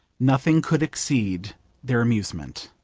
nothing could exceed their amusement.